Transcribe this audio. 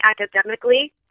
academically